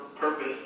Purpose